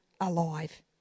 alive